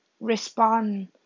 respond